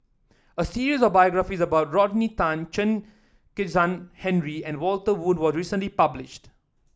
a series of biographies about Rodney Tan Chen Kezhan Henri and Walter Woon was recently published